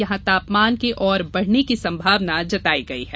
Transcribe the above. यहां तापमान और बढ़ने की संभावना जताई गई है